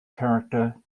character